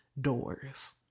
doors